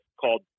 called